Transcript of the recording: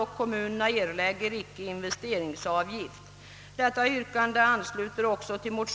och kommunerna erlägger icke investeringsavgift.»